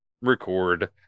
record